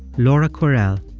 laura kwerel,